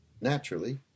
Naturally